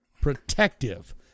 protective